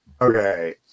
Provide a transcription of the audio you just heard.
Okay